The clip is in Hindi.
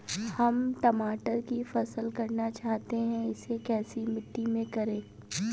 हम टमाटर की फसल करना चाहते हैं इसे कैसी मिट्टी में करें?